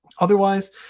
Otherwise